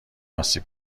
آسیب